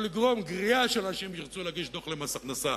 יכול לגרום גריעה של אנשים שירצו להגיש דוח למס הכנסה.